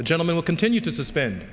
the gentleman will continue to suspend